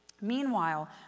Meanwhile